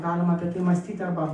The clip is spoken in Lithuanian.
galima apie tai mąstyti arba